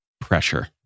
pressure